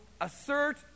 assert